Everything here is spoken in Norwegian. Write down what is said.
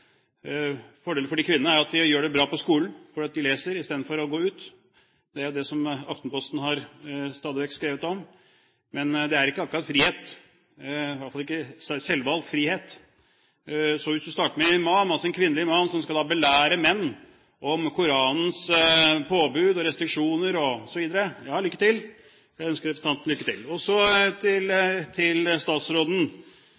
Fordelen for de kvinnene er at de gjør det bra på skolen, fordi de leser istedenfor å gå ut. Det er det Aftenposten stadig vekk har skrevet om. Men det er ikke akkurat frihet, i alle fall ikke selvvalgt frihet. Hvis du starter med en imam, altså en kvinnelig imam som skal belære menn om Koranens påbud og restriksjoner osv., så lykke til! Jeg ønsker representanten lykke til. Så til